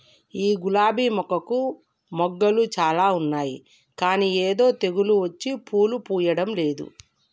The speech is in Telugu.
ఈ గులాబీ మొక్కకు మొగ్గలు చాల ఉన్నాయి కానీ ఏదో తెగులు వచ్చి పూలు పూయడంలేదు